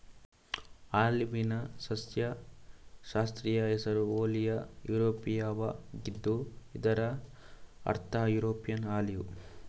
ಆಲಿವ್ನ ಸಸ್ಯಶಾಸ್ತ್ರೀಯ ಹೆಸರು ಓಲಿಯಾ ಯುರೋಪಿಯಾವಾಗಿದ್ದು ಇದರ ಅರ್ಥ ಯುರೋಪಿಯನ್ ಆಲಿವ್